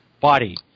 body